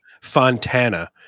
Fontana